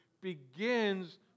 begins